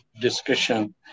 discussion